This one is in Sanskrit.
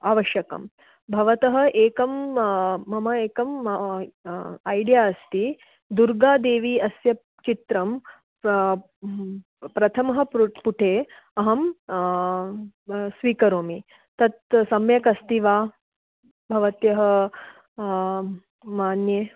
आवश्यकं भवतः एकं मम अ एकम् ऐडिया अस्ति दुर्गादेवी अस्य चित्रं प्रथमः पुठे अहं स्वीकरोमि तत् सम्यक् अस्ति वा भवत्यः मान्ये